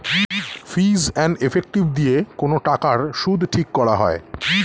fees and effective দিয়ে কোন টাকার সুদ ঠিক করা হয়